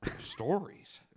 Stories